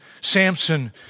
Samson